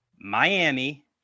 Miami